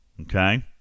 Okay